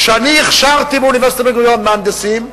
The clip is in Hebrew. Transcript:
כשאני הכשרתי באוניברסיטת בן-גוריון מהנדסים,